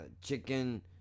chicken